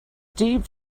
deep